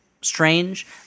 strange